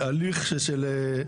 וההליך של,